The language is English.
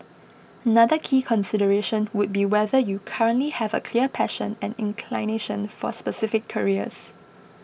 another key consideration would be whether you currently have a clear passion and inclination for specific careers